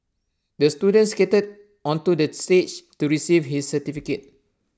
the student skated onto the stage to receive his certificate